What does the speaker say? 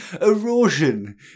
Erosion